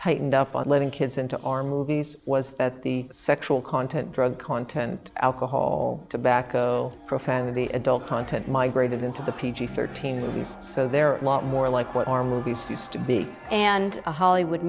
tightened up on letting kids into our movies was that the sexual content drug content alcohol tobacco profanity adult content migrated into the p g thirteen movies so there are a lot more like what are movies these to be and a hollywood